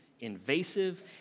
invasive